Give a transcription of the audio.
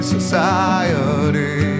Society